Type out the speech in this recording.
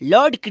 Lord